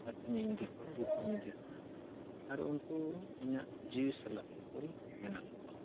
ᱟᱹᱛᱤᱧᱤᱧ ᱤᱫᱤ ᱠᱚᱣᱟ ᱜᱩᱯᱤᱧ ᱤᱫᱤ ᱠᱚᱣᱟ ᱟᱨ ᱩᱱᱠᱩ ᱤᱧᱟᱹᱜ ᱡᱤᱣᱤ ᱥᱟᱞᱟᱜ ᱛᱚᱯᱚᱞ ᱢᱮᱱᱟᱜ ᱠᱚᱣᱟ